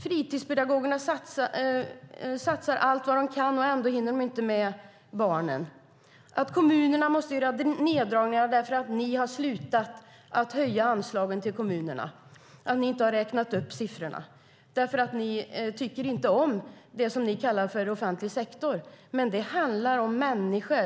Fritidspedagogerna satsar allt vad de kan, och ändå hinner de inte med barnen. Kommunerna måste göra neddragningar därför att ni har slutat att höja anslagen till kommunerna. Ni har inte räknat upp siffrorna därför att ni inte tycker om det som ni kallar för offentlig sektor, men det handlar om människor.